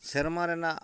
ᱥᱮᱨᱢᱟ ᱨᱮᱱᱟᱜ